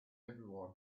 everyone